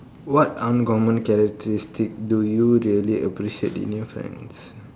what uncommon characteristic do you really appreciate in your friends